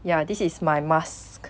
ya this is my mask